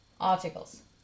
articles